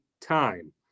time